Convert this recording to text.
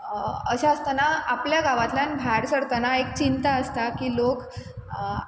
अशें आसतना आपल्या गांवांतल्यान भायर सरतना एक चिंता आसता की लोक